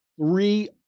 three